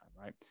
right